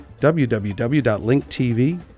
www.linktv